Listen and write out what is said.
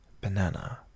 Banana